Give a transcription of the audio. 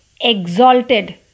exalted